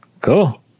Cool